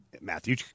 Matthew